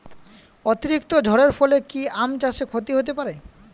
অতিরিক্ত ঝড়ের ফলে কি আম চাষে ক্ষতি হতে পারে?